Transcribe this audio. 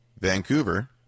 Vancouver